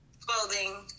Clothing